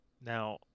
Now